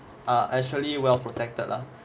are actually well protected lah